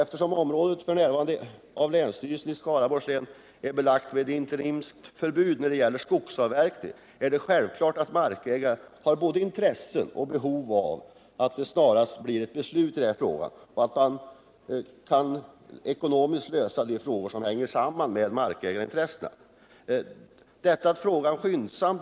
Eftersom området av länsstyrelsen i Skaraborgs län f. n. är belagt med interimistiskt förbud när det gäller skogsavverkning, är det självklart att markägare har både intresse och behov av att det snarast fattas ett beslut i denna fråga, så att man kan lösa de ekonomiska problem som sammanhänger med markägarintressena.